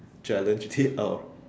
challenge it out of